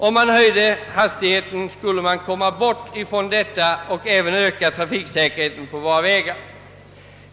Om hastigheten höjdes skulle man få bort dessa köer och därmed öka trafiksäkerheten.